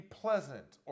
pleasant